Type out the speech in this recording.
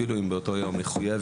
אפילו אם באותו יום,